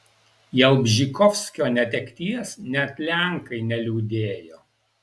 jalbžykovskio netekties net lenkai neliūdėjo